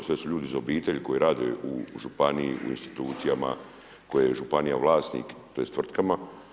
Sve su ljudi iz obitelji koji rade u županiji, u institucijama koje je županija vlasnik, tj. tvrtkama.